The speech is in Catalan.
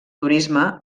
turisme